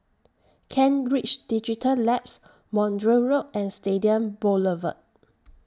Kent Ridge Digital Labs Montreal Road and Stadium Boulevard